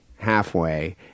halfway